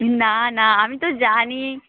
না না আমি তো জানি